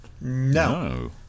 No